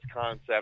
concept